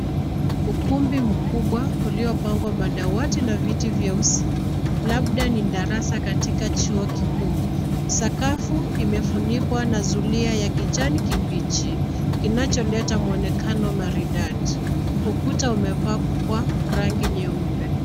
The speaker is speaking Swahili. Ukumbi mkubwa uliopangwa madawati na viti vyeusi labda ni darasa katika chuo kikuu. Sakafu imefunikwa na zulia ya kijani kibichi kinacholeta mwonekano maridadi. Ukuta umepakwa rangi nyeupe.